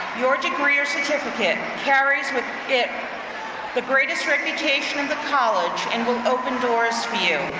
your degree or certificate carries with it the greatest reputation in the college and will open doors for you.